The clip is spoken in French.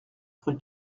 rue